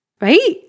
right